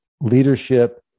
leadership